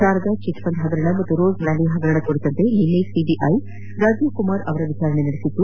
Sharada chit fund ಪಗರಣ ಹಾಗೂ Rose Valley ಹಗರಣ ಕುರಿತಂತೆ ನಿನ್ನೆ ಸಿಬಿಐ ರಾಜೀವ್ಕುಮಾರ್ ಅವರ ವಿಚಾರಣೆ ನಡೆಸಿತ್ತು